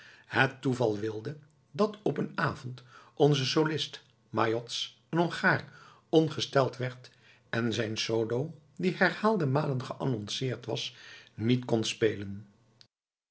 het toeval wilde dat op een avond onze solist majôsz een hongaar ongesteld werd en zijn solo die herhaalde malen geannonceerd was niet kon spelen